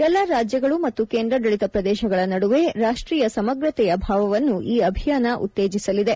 ಎಲ್ಲಾ ರಾಜ್ಞಗಳು ಮತ್ತು ಕೇಂದ್ರಾಡಳಿತ ಪ್ರದೇಶಗಳ ನಡುವೆ ರಾಷ್ಷೀಯ ಸಮಗ್ರತೆಯ ಭಾವವನ್ನು ಈ ಅಭಿಯಾನ ಉತ್ತೇಜಿಸಲಿದೆ